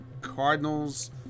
Cardinals